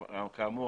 כאמור,